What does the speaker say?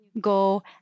go